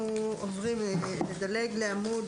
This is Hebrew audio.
נדלג לעמוד